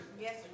Yes